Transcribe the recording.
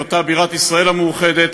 היותה בירת ישראל המאוחדת,